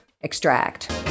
extract